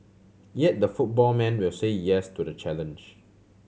yet the football man will say yes to the challenge